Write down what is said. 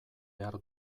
behar